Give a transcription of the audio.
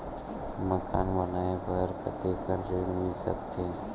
मकान बनाये बर कतेकन ऋण मिल सकथे?